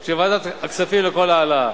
של ועדת הכספים לכל העלאה.